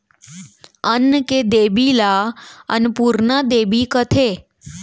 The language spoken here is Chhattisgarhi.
अन्न के देबी ल अनपुरना देबी कथें